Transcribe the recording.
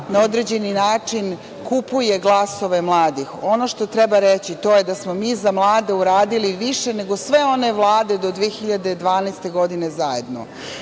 na određeni način kupuje glasove mladih. Ono što treba reći, to je da smo mi za mlade uradili više nego sve one vlade do 2012. godine zajedno.